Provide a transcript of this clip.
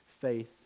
faith